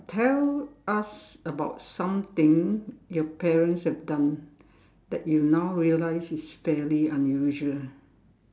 tell us about something your parents have done that you now realize is fairly unusual